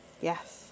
Yes